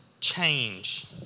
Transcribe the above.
change